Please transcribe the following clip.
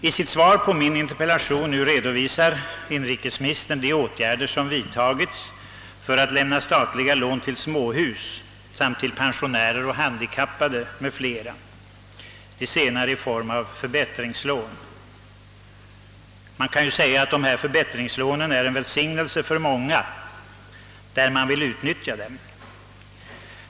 I sitt interpellationssvar nu redovisar inrikesministern de åtgärder som vidtagits för att lämna statliga lån till småhus samt till pensionärer och handikappade m.fl.; lånen till de senare skulle då utgå i form av förbättringslån. Dessa förbättringslån är en välsignelse för många — om man vill utnyttja dem.